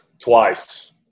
twice